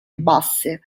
basse